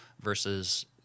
versus